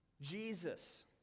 Jesus